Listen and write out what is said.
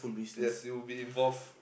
yes you will be involved